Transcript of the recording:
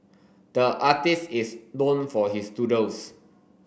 the artist is known for his doodles